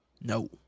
no